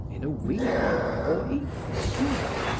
in a week, or even sooner,